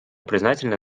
признательны